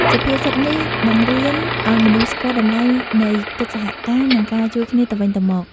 សុភាសិតនេះបង្រៀនឱ្យមនុស្សស្គាល់តម្លៃនៃកិច្ចសហការ និងការជួយគ្នាទៅវិញទៅមក។